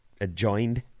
adjoined